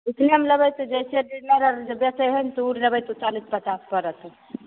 उतनेमे लेबै से जैसे बेचै हइ ने तऽ ओ लेबै तऽ ओ चालीस पचास पड़त